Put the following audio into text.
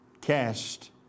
cast